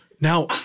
Now